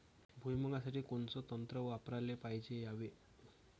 भुइमुगा साठी कोनचं तंत्र वापराले पायजे यावे?